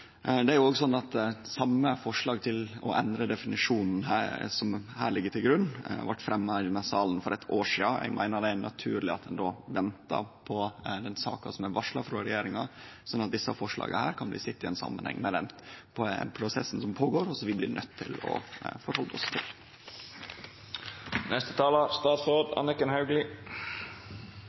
Det er òg slik at same forslag til å endre definisjonen som her ligg til grunn, blei fremja her i salen for eit år sidan. Eg meiner at det er naturleg at vi no ventar på den saka som er varsla frå regjeringa, slik at ein kan sjå desse forslaga i samanheng med den prosessen, som vi blir nøydde til å